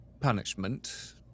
punishment